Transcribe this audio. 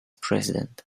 president